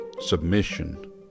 submission